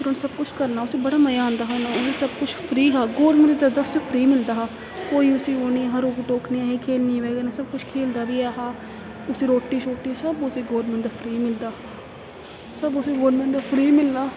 फिर सब कुछ करना उसी बड़ा मज़ा आंदा हा उन सब कुछ फ्री हा गौरमेंट दिंदा उसी फ्री मिलदा हा कोई उसी ओह् निं हा रोक टोक निं ऐ ही खेलने दी बजह कन्नै सब कुछ खेलदा बी ऐ हा उसी रोटी सब उसी गौरमेंट दा फ्री मिलदा सब उसी गौरमेंट दा फ्री मिलना